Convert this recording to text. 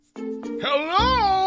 Hello